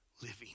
living